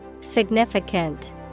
Significant